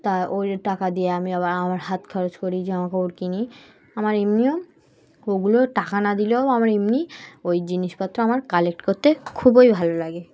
তা ওই টাকা দিয়ে আমি আবার আমার হাত খরচ করি জামা কাপড় কিনি আমার এমনিও ওগুলো টাকা না দিলেও আমার এমনি ওই জিনিসপত্র আমার কালেক্ট করতে খুবই ভালো লাগে